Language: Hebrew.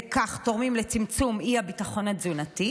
כך תורמים לצמצום האי-ביטחון התזונתי,